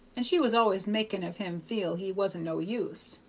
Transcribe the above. and she was always making of him feel he wasn't no use.